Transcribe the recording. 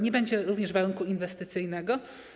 Nie będzie również warunku inwestycyjnego.